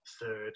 third